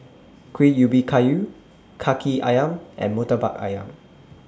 Kuih Ubi Kayu Kaki Ayam and Murtabak Ayam